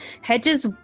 Hedges